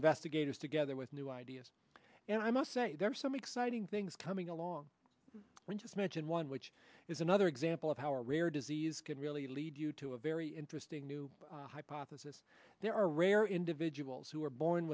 investigators together with new ideas and i must say there are some exciting things coming along when just mention one which is another example of how rare disease can really lead you to a very interesting new hypothesis there are rare individuals who are born